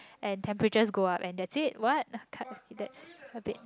and temperatures go up and that's it what okay that's a bit